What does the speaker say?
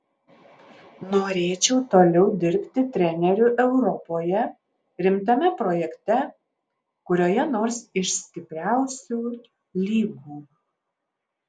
norėčiau toliau dirbti treneriu europoje rimtame projekte kurioje nors iš stipriausių lygų